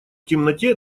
темноте